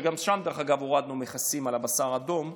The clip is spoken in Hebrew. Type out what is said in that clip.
שגם שם דרך אגב הורדנו מכסים על הבשר אדום,